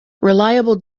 reliable